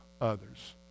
others